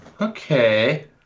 Okay